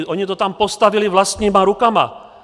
Oni to tam postavili vlastníma rukama.